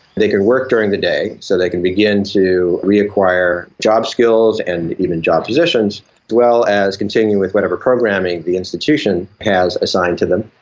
they can work during the day, so they can begin to reacquire job skills and even job positions, as well as continuing with whatever programming the institution has assigned to them,